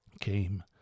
came